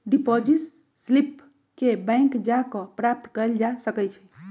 deposit slip के bank जा कऽ प्राप्त कएल जा सकइ छइ